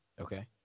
Okay